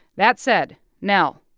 that said, nell,